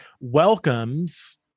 welcomes